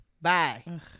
Bye